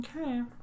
Okay